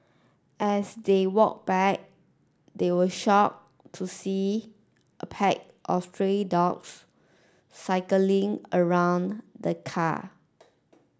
as they walked back they were shocked to see a pack of stray dogs circling around the car